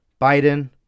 Biden